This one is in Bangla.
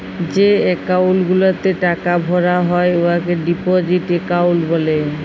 যে একাউল্ট গুলাতে টাকা ভরা হ্যয় উয়াকে ডিপজিট একাউল্ট ব্যলে